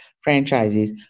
franchises